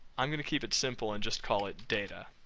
i'm going to keep it simple and just call it data.